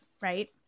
Right